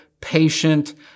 patient